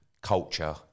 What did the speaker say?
culture